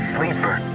sleeper